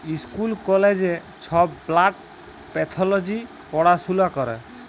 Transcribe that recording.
school কলেজে ছব plant pathology পড়াশুলা ক্যরে